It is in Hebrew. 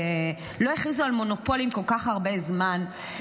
לא הכריזו על מונופולים כל כך הרבה זמן,